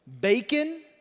bacon